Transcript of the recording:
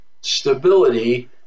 stability